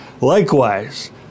Likewise